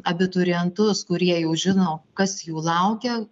abiturientus kurie jau žino kas jų laukia